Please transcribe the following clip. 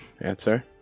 answer